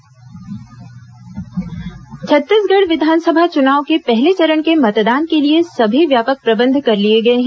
मतदान तैयारी छत्तीसगढ़ विधानसभा चुनाव के पहले चरण के मतदान के लिए सभी व्यापक प्रबंध कर लिए गए हैं